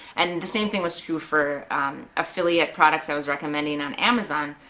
and the same thing was true for affiliate products i was recommending on amazon.